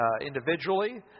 individually